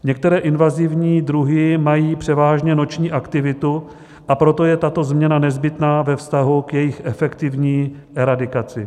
Některé invazivní druhy mají převážně noční aktivitu, a proto je tato změna nezbytná ve vztahu k jejich efektivní eradikaci.